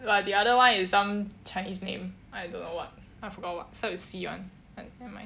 but the other one is some chinese name I don't know what I forgot what start with C [one] but nevermind